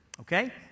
okay